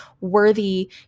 worthy